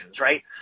right